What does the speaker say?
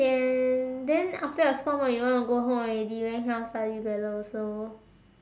sian then after your sport mod you want to go home already then cannot study together also